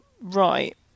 Right